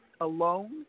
alone